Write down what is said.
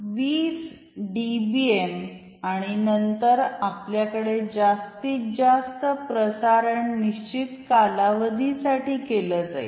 २० dBm आणि नंतर आपल्याकडे जास्तीत जास्त प्रसारण निश्चित कालावधीसाठी केले जाईल